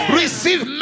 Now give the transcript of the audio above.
receive